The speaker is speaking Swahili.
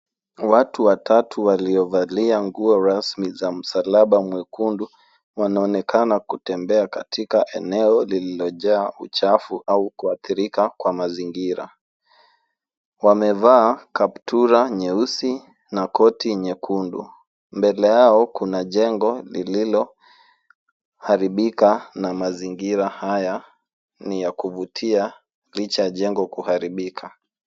Watu watatu waliovalia nguo rasmi za msalaba mwekundu wanaonekana kutembea katika eneo lililojaa uchafu au kuadhirika kwa mazingira. Wamevaa kaptura nyeusi na koti nyekundu. Mbele yao kuna jengo lililoharibika na mazingira haya ni ya kuvutia licha ya jengo kuharibika.